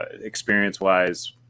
Experience-wise